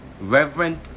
Reverend